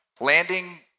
landing